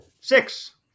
Six